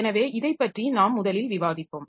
எனவே இதைப்பற்றி நாம் முதலில் விவாதிப்போம்